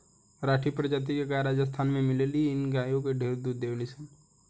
राठी प्रजाति के गाय राजस्थान में मिलेली सन इहो गाय ढेरे दूध देवेली सन